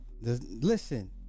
Listen